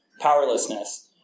powerlessness